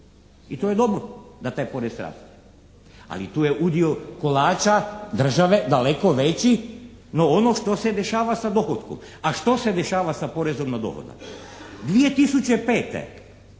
I to je dobro da taj porez raste. Ali tu je udio kolača države daleko veći na ono što se dešava s dohotkom. A što se dešava sa porezom na dohodak? 2005.